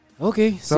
Okay